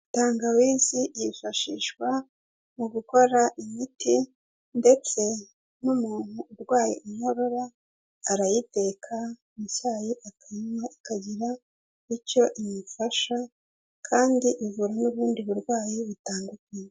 Tangawizi yifashishwa mu gukora imiti ndetse n'umuntu urwaye inkorora arayiteka mu cyayi akayinywa ikagira icyo imufasha kandi ivura n'ubundi burwayi butandukanye.